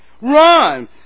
Run